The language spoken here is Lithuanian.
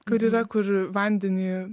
kur yra kur vandenį